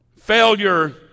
Failure